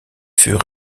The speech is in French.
fût